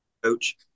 coach